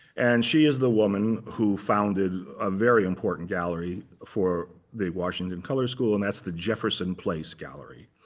and she is the woman who founded a very important gallery for the washington color school, and that's the jefferson place gallery,